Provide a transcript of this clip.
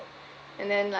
and then like